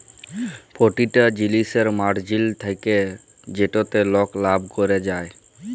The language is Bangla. পতিটা জিলিসের মার্জিল থ্যাকে যেটতে লক লাভ ক্যরে যায়